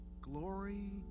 glory